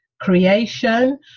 creation